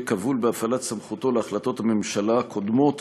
כבול בהפעלת סמכותו להחלטות הממשלה הקודמות